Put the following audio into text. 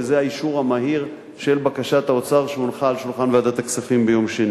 וזה האישור המהיר של בקשת האוצר שהונחה על שולחן ועדת הכספים ביום שני.